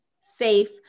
safe